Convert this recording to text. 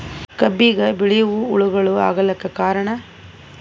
ಕಬ್ಬಿಗ ಬಿಳಿವು ಹುಳಾಗಳು ಆಗಲಕ್ಕ ಕಾರಣ?